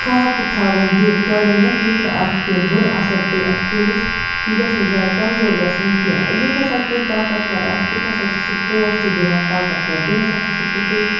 کھاد تہِ تھاوان دِتھ گۄڈٕنٮ۪تھ یُتھ نہٕ اَتھ کیٚنہہ بُرٕ اثر پیٚیہِ اَتھ کُلِس یہِ گژھِ نہٕ زیادٕ کَمزور گَژھُن کیٚنہہ یُتھ ہسا کُل طاقتوَر آسہِ تیُتھ ہسا چھِ سُہ پوش تہِ دِوان طاقتوَر بیٚیہِ ہسا چھِ سُہ تیُتھُے